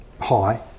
high